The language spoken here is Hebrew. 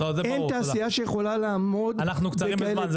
אין תעשייה שיכולה לעמוד --- אנחנו קצרים בזמן,